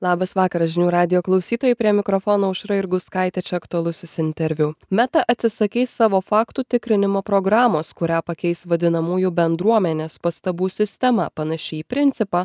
labas vakaras žinių radijo klausytojai prie mikrofono aušra jurgauskaitė čia aktualusis interviu meta atsisakys savo faktų tikrinimo programos kurią pakeis vadinamųjų bendruomenės pastabų sistema panaši į principą